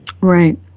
Right